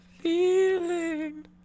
feeling